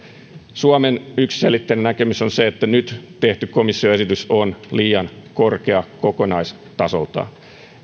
suomen yksiselitteinen näkemys on se että nyt tehty komission esitys on liian korkea kokonaistasoltaan